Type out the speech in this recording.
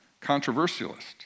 controversialist